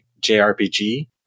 JRPG